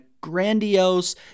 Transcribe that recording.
grandiose